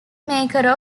maker